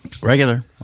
Regular